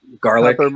Garlic